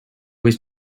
was